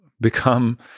become